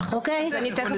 הכבוד.